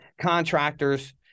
Contractors